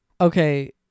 okay